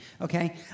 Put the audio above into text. okay